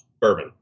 bourbon